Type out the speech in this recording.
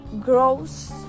grows